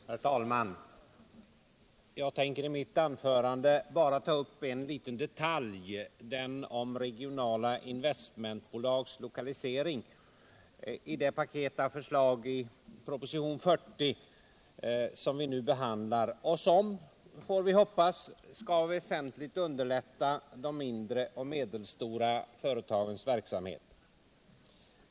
Herr talman! Jag tänker i mitt anförande bara ta upp en detalj, nämligen frågan om lokala investmentbolags lokalisering, i det paket av förslag i propositionen nr 40 som vi nu behandlar och som vi hoppas i väsentlig grad kommer att underlätta de mindre och medelstora företagens verksamhet.